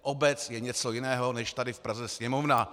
Obec je něco jiného než tady v Praze Sněmovna.